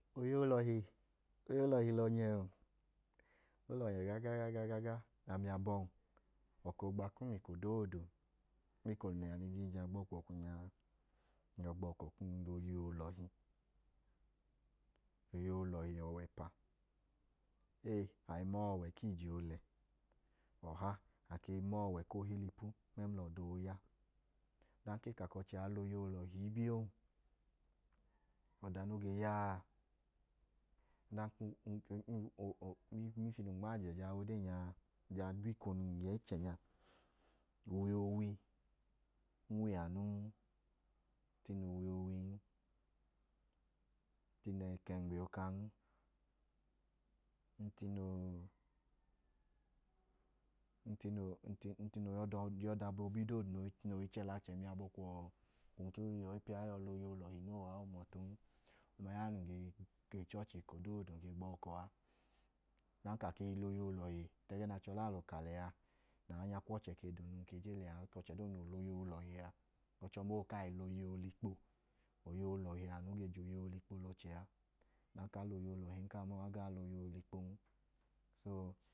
Oyeyi olọhi, oyeyi olọhi lọnyẹ o. o lọnyẹ gagagaga. Ami abọhim, ọkọ oogba eko doodu nma eko num liya ligii jaa gba ọkwọọkwu nya a, ng yọi gbọkọ kum la oyeyi olọhi. Oyeyi olọhi wẹ ọwẹ ẹpa. Ee a i ma ọọ ọwẹ ku ije oolẹ. Ọha a ke i ma ọọ ọwẹ ku ohilipu mla ọda ooya. Ọdanka e ka ka ọchẹ la oyeyi olọhi bi yoo, ọda no ge ya a, ọdanka u um, ọ um, nmifi num nmajẹ yọi wa a, ng yọ ichẹ nya, uwi-oowi, ng wẹ anun, ng tine uwi-oowin. Ng tine ẹkẹngbẹ ookan. Ng tine oo, ng tine oo, ng tine ooya ọda bọbi doodu nẹ o i chẹ lẹ achẹ i miya abọ kwu, ọ, kwum ka ọyipẹ a i yọi la oyeyi olọhi noo a n ma, o hum ọtun. Ọma ya ẹẹ num i ga ichọọchi a. Ọdanka a ge la oyeyi olọhi, ẹgẹẹ nẹ achẹ ọlẹ alọ ka lẹ a, anyakwọchẹ ke dum lẹ num ke je lẹ a, ọdanka ọchẹ doodu i la oyeyi olọhi o gee la oyeyi olikpo. Anu ge je oyeyi olikpo lẹ ọchẹ a.